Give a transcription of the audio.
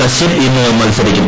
കശ്യപ് ഇന്ന് മത്സരിക്കും